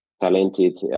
talented